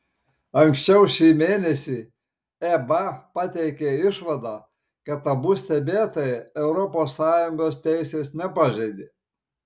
anksčiau šį mėnesį eba pateikė išvadą kad abu stebėtojai europos sąjungos teisės nepažeidė